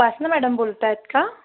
उपासना madam बोलत आहेत का